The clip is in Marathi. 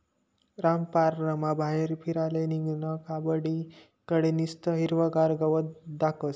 रामपाररमा बाहेर फिराले निंघनं का बठ्ठी कडे निस्तं हिरवंगार गवत दखास